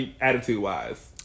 attitude-wise